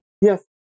Yes